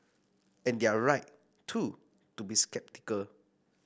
and they're right too to be sceptical